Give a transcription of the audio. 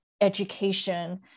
education